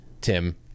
Tim